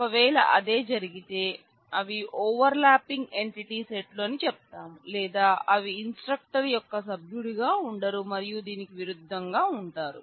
ఒకవేళ అదే జరిగితే అవి ఓవర్ ల్యాపింగ్ ఎంటిటీ సెట్ లు అని చెప్తాము లేదా అవి ఇన్స్ట్రక్టర్ యొక్క సభ్యుడిగా ఉండరు మరియు దీనికి విరుద్ధంగా ఉంటారు